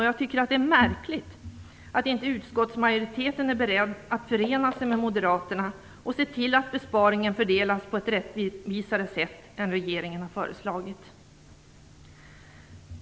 Jag tycker att det är märkligt att inte utskottsmajoriteten är beredd att förena sig med Moderaterna och se till att besparingen fördelas på ett rättvisare sätt än vad regeringens förslag innebär.